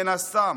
מן הסתם,